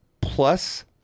plus